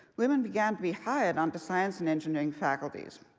women began to be hired onto science and engineering faculties.